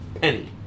Penny